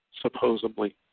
supposedly